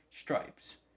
stripes